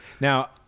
now